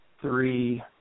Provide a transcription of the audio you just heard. three